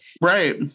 right